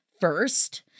first